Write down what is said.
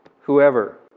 whoever